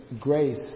grace